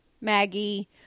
Maggie